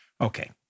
Okay